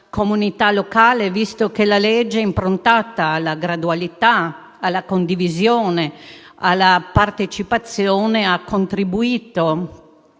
comunità locale, visto che la legge, improntata alla gradualità, alla condivisione, alla partecipazione, ha contribuito